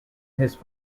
his